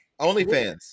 OnlyFans